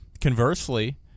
Conversely